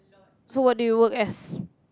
so what do you work as